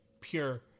pure